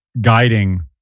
guiding